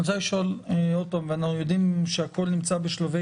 אני רוצה לשאול עוד פעם ואנחנו יודעים שהכול נמצא בשלבי